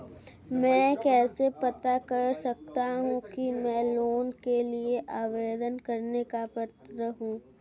मैं कैसे पता कर सकता हूँ कि मैं लोन के लिए आवेदन करने का पात्र हूँ?